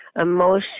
emotion